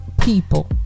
people